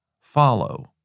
follow